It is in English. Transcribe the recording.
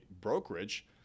brokerage